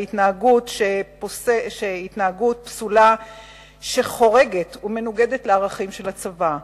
התנהגות פסולה שמנוגדת לערכים של הצבא.